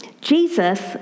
Jesus